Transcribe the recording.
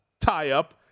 tie-up